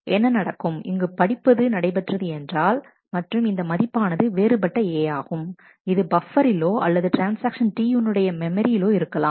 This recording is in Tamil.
என்ன நடக்கும் இங்கு படிப்பது நடைபெற்றது என்றால் மற்றும் இந்த மதிப்பானது வேறுபட்ட A ஆகும் இது பஃப்பரிலோ அல்லது ட்ரான்ஸ்ஆக்ஷன்T1 உடைய மெமரியிலோ இருக்கலாம்